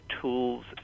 tools